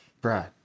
Brad